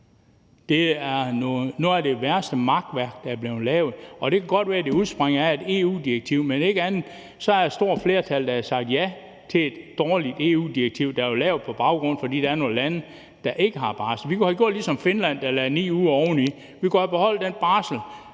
Det er noget af det værste makværk, der er blevet lavet. Det kan godt være, at det udspringer af et EU-direktiv, men om ikke andet har et stort flertal sagt ja til et dårligt EU-direktiv, der var lavet, på baggrund af at der er nogle lande, der ikke har barsel. Vi kunne have gjort ligesom Finland, der lagde 9 uger oveni. Vi kunne have beholdt den barsel